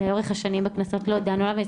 לאורך השנים בכנסות לא דנו עליו,